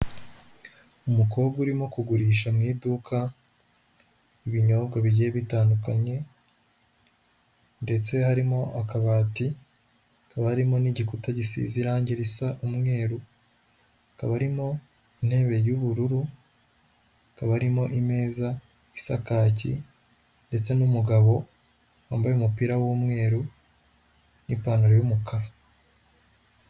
Umukobwa urimo kugurisha mu iduka ibinyobwa bigiye bitandukanye ndetse harimo akabati, hakaba harimo n'igikuta gisize irange risa umweru, kaba harimo intebe y'ubururu, hakaba harimo imeza isa kaki ndetse n'umugabo wambaye umupira w'umweru n'ipantaro y'umukara.